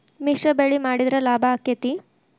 ಮಿಶ್ರ ಬೆಳಿ ಮಾಡಿದ್ರ ಲಾಭ ಆಕ್ಕೆತಿ?